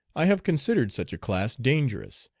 i have considered such a class dangerous,